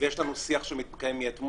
ויש לנו שיח שמתקיים מאתמול.